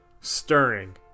stirring